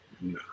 no